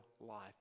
life